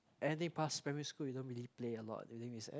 any past primary school you don't really play a lot during recess